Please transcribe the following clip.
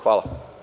Hvala.